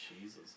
Jesus